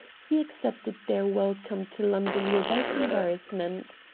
he accepted their welcome to london without embarrassment.